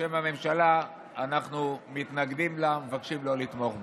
ובשם הממשלה אנחנו מתנגדים לה ומבקשים שלא לתמוך בה.